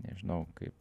nežinau kai